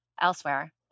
elsewhere